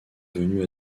venue